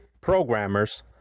programmers